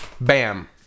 bam